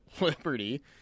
Liberty